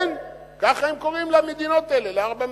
כן, כך הם קוראים למדינות האלה, לארבע המדינות.